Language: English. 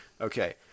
okay